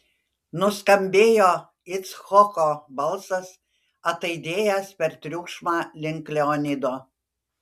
nuskambėjo icchoko balsas ataidėjęs per triukšmą link leonido